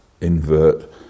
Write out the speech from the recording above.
invert